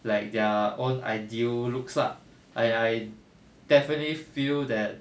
like their own ideal looks lah I I indefinitely feel that